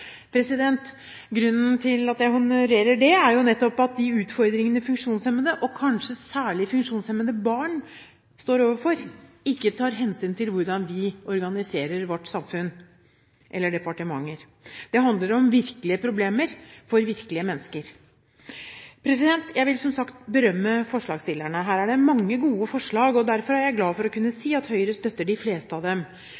Grunnen til at jeg honorerer det, er jo nettopp at de utfordringene funksjonshemmede – og kanskje særlig funksjonshemmede barn – står overfor, ikke tar hensyn til hvordan vi organiserer vårt samfunn eller våre departementer. Det handler om virkelige problemer for virkelige mennesker. Jeg vil som sagt berømme forslagsstillerne. Her er det mange gode forslag, derfor er jeg glad for å kunne